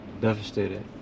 devastated